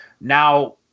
Now